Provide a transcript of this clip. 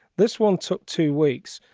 this one took two weeks.